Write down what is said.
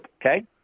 Okay